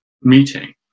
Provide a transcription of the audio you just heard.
meeting